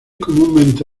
comúnmente